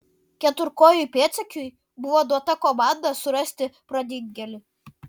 keturkojui pėdsekiui buvo duota komanda surasti pradingėlį